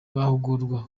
bahugurwa